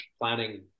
planning